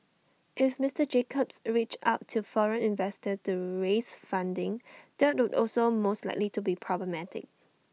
if Mister Jacobs reached out to foreign investors to raise funding that would also most likely be problematic